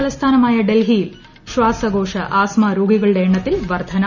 തലസ്ഥാനമായ ഡൽഹിയിൽ ശ്വാസകോശ ആസ്മ രോഗികളുടെ എണ്ണത്തിൽ വർധന